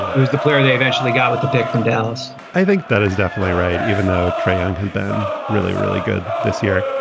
who's the player they eventually got with the pick from dallas? i think that is definitely right, even though trey young has been really, really good this year.